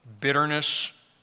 bitterness